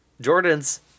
Jordan's